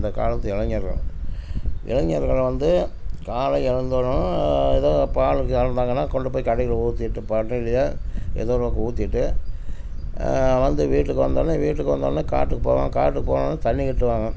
இந்த காலத்து இளைஞர்கள் இளைஞர்கள் வந்து காலை எழுந்தவுடன் எதாவது பால் கறந்தாங்கன்னால் கொண்டு போய் கடையில் ஊற்றிட்டு பண்ணையிலயோ ஏதோ ஒன்றுக்கு ஊற்றிட்டு வந்து வீட்டுக்கு வந்தவுன்னே வீட்டுக்கு வந்தவுன்னே காட்டுக்கு போவேன் காட்டுக்கு போனோன்னே தண்ணி கட்டுவாங்க